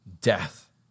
death